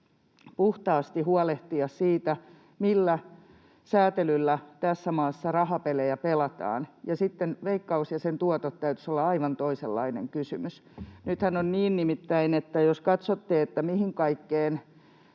puhtaasti huolehtia siitä, millä säätelyllä tässä maassa rahapelejä pelataan, ja Veikkauksen ja sen tuottojen täytyisi olla aivan toisenlainen kysymys. Nythän on nimittäin niin, että jos katsotte, mihin kaikkeen